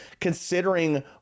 considering